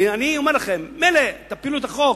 כי אני אומר לכם: מילא, תפילו את החוק,